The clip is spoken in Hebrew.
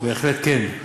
בהחלט כן.